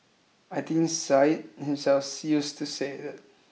I think Syed himself used to say that